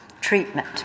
treatment